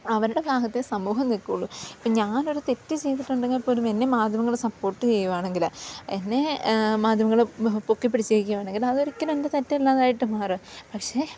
അവരുടെ ഭാഗത്തെ സമൂഹം നിൽക്കുള്ളൂ ഇപ്പോൾ ഞാനൊരു തെറ്റു ചെയ്തിട്ടുണ്ടെങ്കിൽ ഇപ്പോഴൊരു എന്നെ മാധ്യമങ്ങൾ സപ്പോർട്ട് ചെയ്യുകയാണെങ്കിൽ എന്നെ മാധ്യമങ്ങൾ പൊക്കി പിടിച്ചിരിക്കുകയാണെങ്കിൽ അതൊരിക്കലും എൻ്റെ തെറ്റല്ലാതായിട്ട് മാറും പക്ഷേ